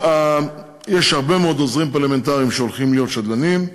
יש הרבה מאוד עוזרים פרלמנטריים שהולכים להיות שדלנים.